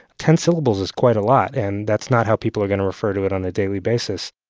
ten syllables is quite a lot. and that's not how people are going to refer to it on a daily basis.